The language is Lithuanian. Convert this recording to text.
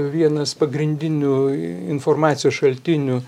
vienas pagrindinių informacijos šaltinių